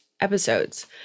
episodes